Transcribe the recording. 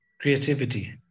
creativity